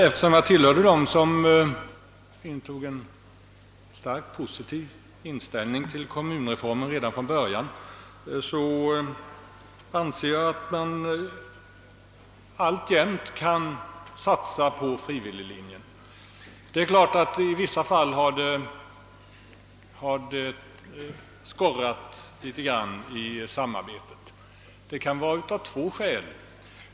Eftersom jag tillhörde dem som intog en starkt positiv inställning till kommunreformen redan från början anser jag emellertid att man alltjämt kan satsa på frivilliglinjen. I vissa fall har det skorrat litet i samarbetet. Det kan vara av flera skäl.